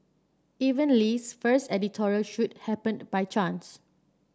even Lee's first editorial shoot happened by chance